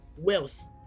Wealth